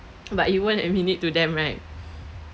but you won't admit it to them right